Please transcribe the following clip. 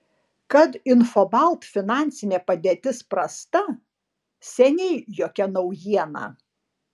kad infobalt finansinė padėtis prasta seniai jokia naujiena